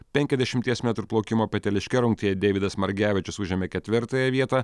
penkiasdešimties metrų plaukimo peteliške rungtyje deividas margevičius užėmė ketvirtąją vietą